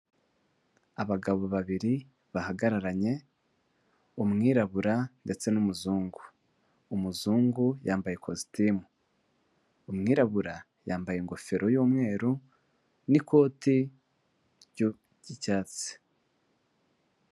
Abagabo babiri bahagararanye umwirabura ndetse n'umuzungu, umuzungu yambaye ikositimu, umwirabura yambaye ingofero y'umweru n'ikote ry'icyatsi.